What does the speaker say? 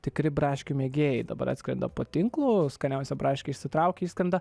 tikri braškių mėgėjai dabar atskrenda po tinklu skaniausią braškę išsitraukia išskrenda